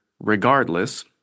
regardless